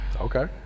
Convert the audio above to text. okay